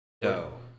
dough